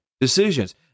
decisions